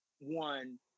one